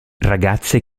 ragazze